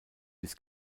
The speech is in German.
bis